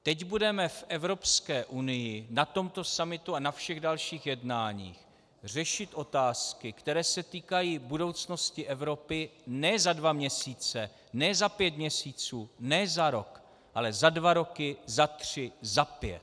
Teď budeme v Evropské unii na tomto summitu a na všech dalších jednáních řešit otázky, které se týkají budoucnosti Evropy ne za dva měsíce, ne za pět měsíců, ne za rok, ale za dva roky, za tři, za pět.